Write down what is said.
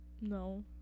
No